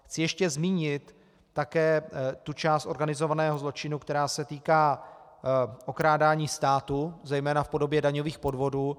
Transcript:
Chci ještě zmínit také tu část organizovaného zločinu, která se týká okrádání státu, zejména v podobě daňových podvodů.